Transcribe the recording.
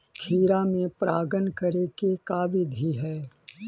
खिरा मे परागण करे के का बिधि है?